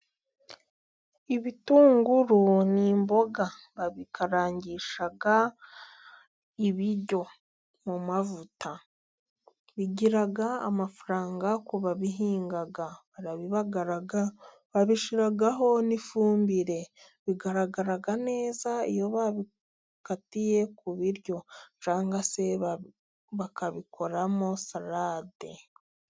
Ibitunguru ni imboga. Babikarangisha ibiryo mu mavuta. Bigira amafaranga ku babihinga. Barabibagara, babishyiraho n'ifumbire. Bigaragara neza iyobikatiye ku biryo, cyangwa se bakabikoramo sarade.